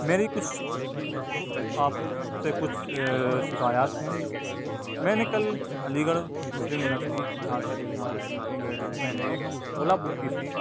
میری کچھ آپ سے کچھ شکایات ہیں میں نے کل Aligarh Muslim University office office centenary gate سے میں نے ایک اولا بک کی تھی